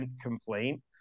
complaint